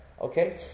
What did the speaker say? okay